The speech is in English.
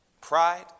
pride